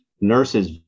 Nurses